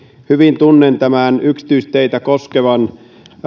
hyvin tunnen tämän yksityisteitä koskevan